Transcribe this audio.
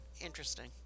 interesting